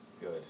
Good